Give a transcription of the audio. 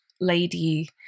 lady